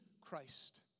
Christ